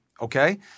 Okay